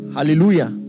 Hallelujah